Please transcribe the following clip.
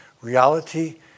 reality